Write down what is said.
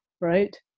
right